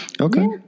okay